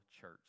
church